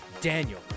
Daniel